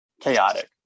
chaotic